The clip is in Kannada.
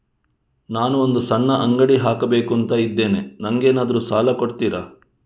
ನಾನು ಒಂದು ಸಣ್ಣ ಅಂಗಡಿ ಹಾಕಬೇಕುಂತ ಇದ್ದೇನೆ ನಂಗೇನಾದ್ರು ಸಾಲ ಕೊಡ್ತೀರಾ?